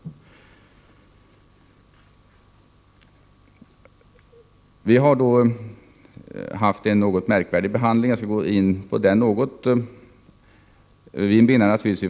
Det har varit en något märkvärdig behandling, som jag skall gå in på litet grand.